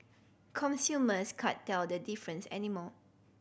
consumers can't tell the difference anymore